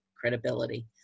credibility